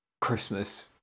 Christmas